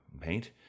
paint